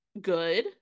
good